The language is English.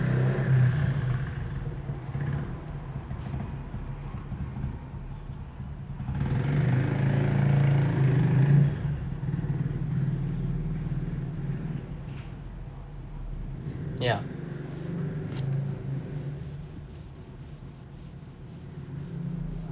yeah